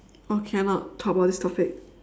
oh cannot talk about this topic